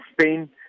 Spain